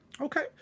Okay